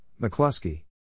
McCluskey